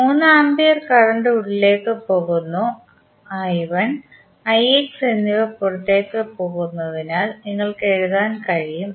3 ampere current ഉള്ളിലേക്കു പോകുന്നു ix എന്നിവ പുറത്തുപോകുന്നതിനാൽ നിങ്ങൾക്ക് എഴുതാൻ കഴിയും